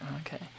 okay